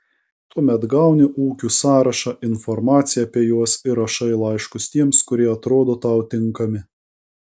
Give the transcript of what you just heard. tuomet gauni ūkių sąrašą informaciją apie juos ir rašai laiškus tiems kurie atrodo tau tinkami